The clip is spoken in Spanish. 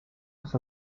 los